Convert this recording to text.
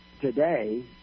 today